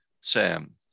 Sam